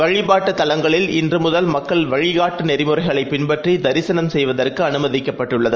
வழிபாட்டுதலங்களில்இன்றுமுதல் மக்கள்வழிகாட்டுநெறிமுறைகளைபின்பற்றிதரிசனம்செய்வதற்குஅனுமதிக்க ப்பட்டுள்ளது